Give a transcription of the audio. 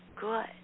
good